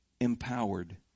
empowered